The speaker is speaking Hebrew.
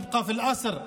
תישאר שבויה.